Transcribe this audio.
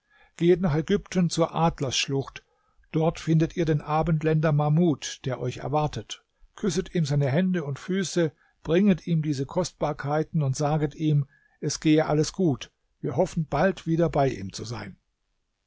gehet nach ägypten zur adlersschlucht dort findet ihr den abendländer mahmud der euch erwartet küsset ihm seine hände und füße bringet ihm diese kostbarkeiten und saget ihm es gehe alles gut wir hoffen bald wieder bei ihm zu sein